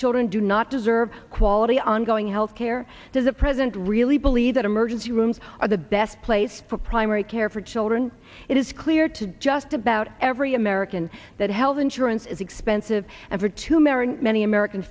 children do not deserve quality ongoing health care does the president really believe that emergency rooms are the best place for primary care for children it is clear to just about every american that health insurance is expensive and for tomorrow many american